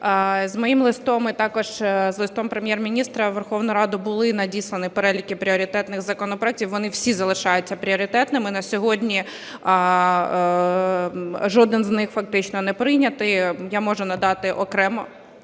З моїм листом і також з листом Прем'єр-міністра у Верховну Раду були надіслані переліки пріоритетних законопроектів. Вони всі залишаються пріоритетними, на сьогодні жоден з них фактично не прийнятий. Я можу надати окремо…